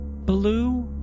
blue